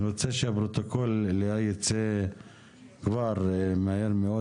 אני רוצה שהפרוטוקול ייצא כבר מהר מאוד